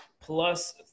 plus